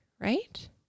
right